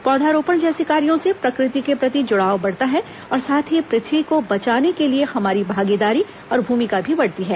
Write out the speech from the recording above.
पौधारोपण जैसे कार्यों से प्रकृति के प्रति जुड़ाव बढ़ता है और साथ ही पृथ्वी को बचाने के लिए हमारी भागीदारी और भूमिका भी बढ़ती है